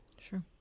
Sure